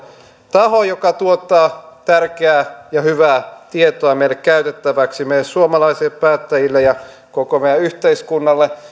taho joka tuottaa tärkeää ja hyvää tietoa meille käytettäväksi meille suomalaisille päättäjille ja koko meidän yhteiskunnalle